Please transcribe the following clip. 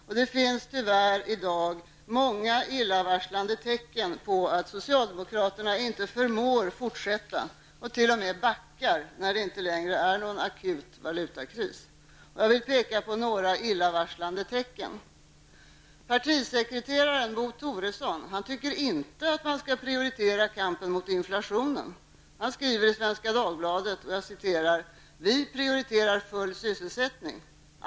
Samtidigt finns många illavarslande tecken på att socialdemokraterna inte förmår fortsätta, och t.o.m. backar, när det inte längre är akut valutakris. Låt mig peka på några illavarslande tecken. Partisekreteraren Bo Toresson tycker inte att man skall prioritera kampen mot inflationen. Han skriver i Svenska Dagbladet: ''Vi prioriterar full sysselsättning --.